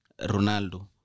Ronaldo